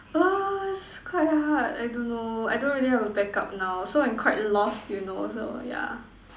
ah is quite hard I don't know I don't really have a backup now so I'm quite lost you know so yeah